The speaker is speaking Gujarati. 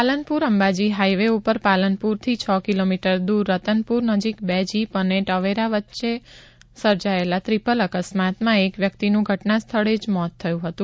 પાલનપુર અંબાજી હાઈવે ઉપર પાલનપુરથી છ કિલોમીટર દૂર રતનપુર નજીક બે જીપ અને ટ્વેરા ગાડી વચ્ચે આજે સર્જાયેલા ત્રીપલ અકસ્માતમાં એક વ્યક્તિનું ઘટના સ્થળે જ મોત થયું હતું